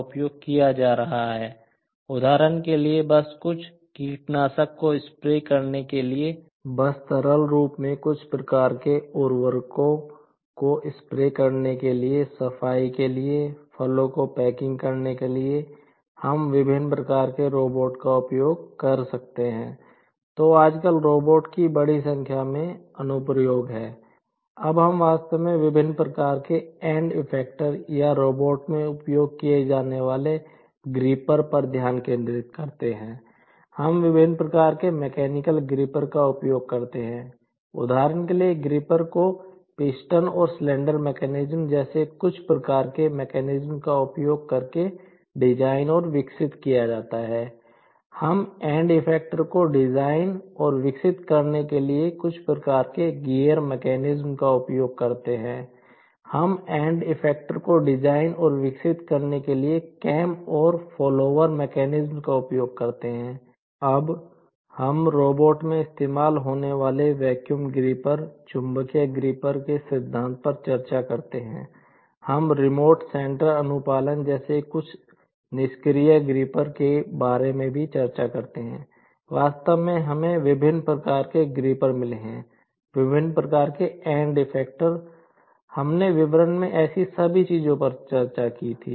उदाहरण के लिए ग्रिपर मिले हैं विभिन्न प्रकार के एंड इफ़ेक्टर हमने विवरण में ऐसी सभी चीजों पर चर्चा की थी